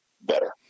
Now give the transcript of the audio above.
better